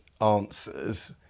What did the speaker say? answers